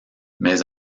mais